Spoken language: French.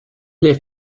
les